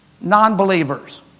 non-believers